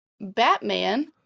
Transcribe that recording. batman